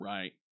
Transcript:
Right